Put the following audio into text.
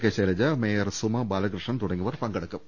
K Shailaja mayor Suma Balakrishnan തുടങ്ങിയവർ പങ്കെടുക്കും